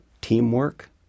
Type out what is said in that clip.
teamwork